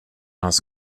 hans